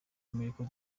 amerika